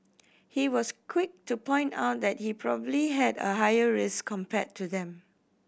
he was quick to point out that he probably had a higher risk compared to them